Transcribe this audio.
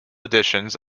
editions